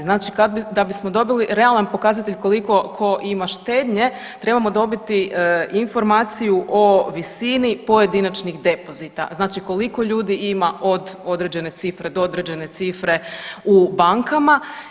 Znači, da bismo dobili realan pokazatelj koliko ko ima štednje trebamo dobiti informaciju o visini pojedinačnih depozita, znači koliko ljudi ima od određene cifre do određene cifre u bankama.